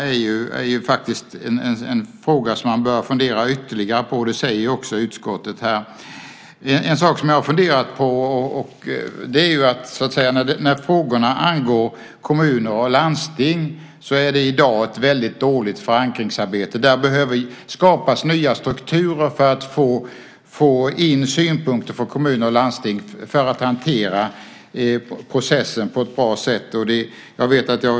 Det är en fråga som man bör fundera ytterligare på. Det säger ju också utskottet här. En sak som jag har funderat på är vad som händer när frågorna angår kommuner och landsting. I dag är det ett dåligt förankringsarbete. Där behöver det skapas nya strukturer för att få in synpunkter från kommuner och landsting - allt för att kunna hantera processen på ett bra sätt.